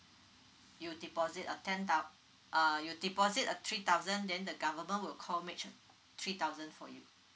you deposit a ten thou~ uh you deposit a three thousand then the government will co match three thousand for you